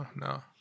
No